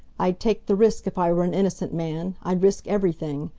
i'd take the risk if i were an innocent man i'd risk everything.